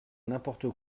n’importe